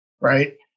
right